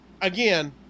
again